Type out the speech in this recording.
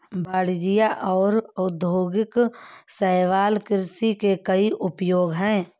वाणिज्यिक और औद्योगिक शैवाल कृषि के कई उपयोग हैं